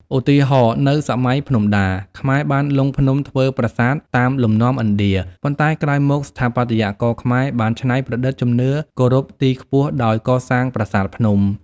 ឧទាហរណ៍៖ នៅសម័យភ្នំដា ខ្មែរបានលុងភ្នំធ្វើប្រាសាទតាមលំនាំឥណ្ឌា ប៉ុន្តែក្រោយមក ស្ថាបត្យករខ្មែរបានច្នៃប្រឌិតជំនឿគោរពទីខ្ពស់ដោយកសាង ប្រាសាទភ្នំ។